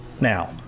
Now